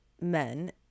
men